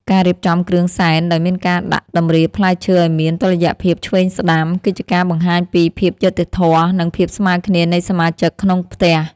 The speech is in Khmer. ការរៀបចំគ្រឿងសែនដោយមានការដាក់តម្រៀបផ្លែឈើឱ្យមានតុល្យភាពឆ្វេងស្ដាំគឺជាការបង្ហាញពីភាពយុត្តិធម៌ និង ភាពស្មើគ្នានៃសមាជិកក្នុងផ្ទះ។